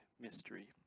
mystery